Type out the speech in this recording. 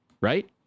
right